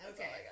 Okay